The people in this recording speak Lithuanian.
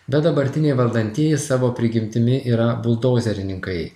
bet dabartiniai valdantieji savo prigimtimi yra buldozerininkai